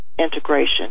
integration